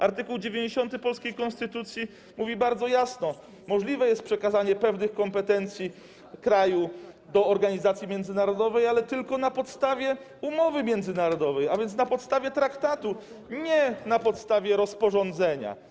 Art. 90 polskiej konstytucji mówi bardzo jasno: możliwe jest przekazanie pewnych kompetencji kraju do organizacji międzynarodowej, ale tylko na podstawie umowy międzynarodowej, a więc na podstawie traktatu, nie na podstawie rozporządzenia.